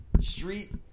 street